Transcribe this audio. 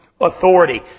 authority